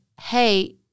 hey